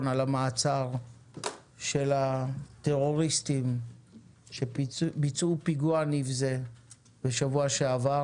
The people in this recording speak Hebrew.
על המעצר של הטרוריסטים שביצעו פיגוע נבזה בשבוע שעבר.